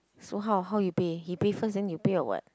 so how how you pay he pay first then you pay or what